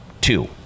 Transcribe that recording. Two